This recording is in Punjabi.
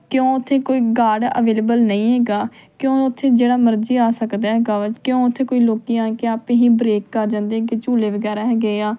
ਕਿਉਂ ਉੱਥੇ ਕੋਈ ਗਾਰਡ ਅਵੇਲੇਬਲ ਨਹੀਂ ਹੈਗਾ ਕਿਉਂ ਉੱਥੇ ਜਿਹੜਾ ਮਰਜ਼ੀ ਆ ਸਕਦਾ ਹੈਗਾ ਹੈਗਾ ਕਿਉਂ ਉੱਥੇ ਕੋਈ ਲੋਕ ਆ ਕੇ ਆਪੇ ਹੀ ਬਰੇਕ ਕਰ ਜਾਂਦੇ ਹੈਗੇ ਝੂਲੇ ਵਗੈਰਾ ਹੈਗੇ ਆ